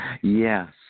Yes